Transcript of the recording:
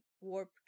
Warp